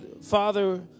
Father